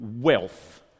wealth